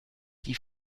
die